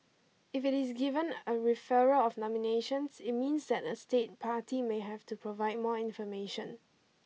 if it is given a referral of nominations it means that a state party may have to provide more information